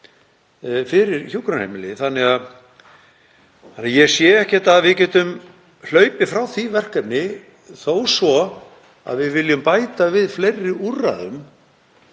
fyrir hjúkrunarheimili. Ég sé ekki að við getum hlaupið frá því verkefni þó svo að við viljum bæta við fleiri úrræðum